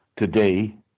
today